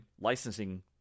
licensing